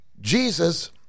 Jesus